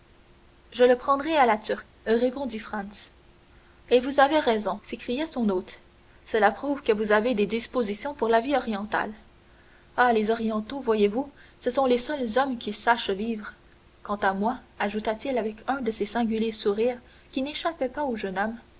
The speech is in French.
je le prendrai à la turque répondit franz et vous avez raison s'écria son hôte cela prouve que vous avez des dispositions pour la vie orientale ah les orientaux voyez-vous ce sont les seuls hommes qui sachent vivre quant à moi ajouta-t-il avec un de ces singuliers sourires qui n'échappaient pas au jeune homme